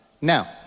Now